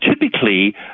typically